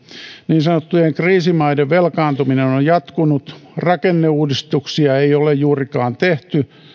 niin sanottujen kriisimaiden velkaantuminen on on jatkunut rakenneuudistuksia ei ole juurikaan tehty